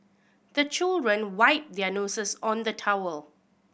the children wipe their noses on the towel